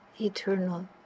eternal